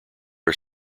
are